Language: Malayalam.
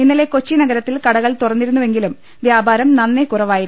ഇന്നലെ കൊച്ചി നഗരത്തിൽ കടകൾ തുറന്നിരുന്നുവെങ്കിലും വ്യാപാരം നന്നേ കുറ വായിരുന്നു